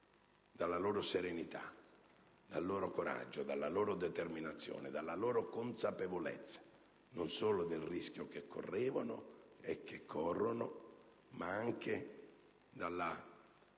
dalla loro serenità, dal loro coraggio, dalla loro determinazione, dalla loro consapevolezza non solo del rischio che correvano e che corrono, ma anche dalla